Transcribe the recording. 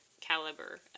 caliber